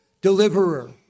deliverer